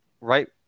right